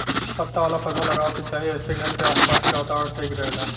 पत्ता वाला पौधा लगावे के चाही एसे घर के आस पास के वातावरण ठीक रहेला